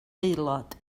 aelod